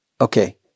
Okay